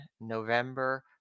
November